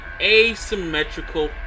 asymmetrical